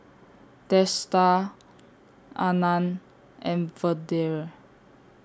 Teesta Anand and Vedre